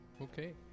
Okay